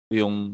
yung